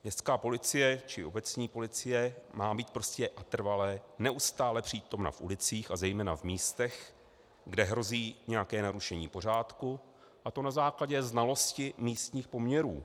Městská či obecní policie má být prostě trvale a neustále přítomna v ulicích, a to zejména v místech, kde hrozí nějaké narušení pořádku, a to na základě znalosti místních poměrů.